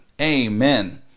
Amen